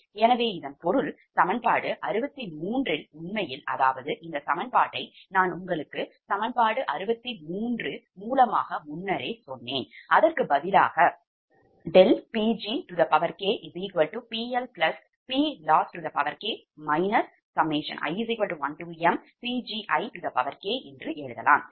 எனவே இதன் பொருள் சமன்பாடு 63 உண்மையில் அதாவது இந்த சமன்பாட்டை நான் உங்களுக்கு சமன்பாடு 63 மூலமாக முன்னரே சொன்னேன் அதற்கு பதிலாக ∆PgkPLPLossk i1mPgik என்று எழுதலாம்